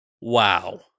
wow